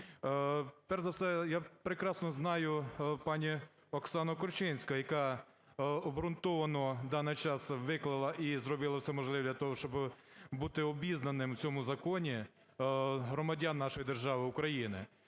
Перш за все, я прекрасно знаю пані Оксану Корчинську, яка обґрунтовано в даний час виклала і зробила все можливе для того, щоби бути обізнаними в цьому законі громадянам нашої держави України.